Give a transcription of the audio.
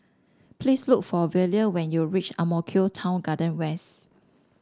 please look for Velia when you reach Ang Mo Kio Town Garden West